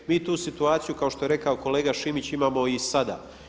Mi tu situaciju kao što je rekao kolega Šimić imamo i sada.